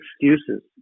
excuses